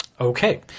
Okay